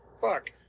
fuck